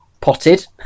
Potted